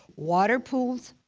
water pools,